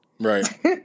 Right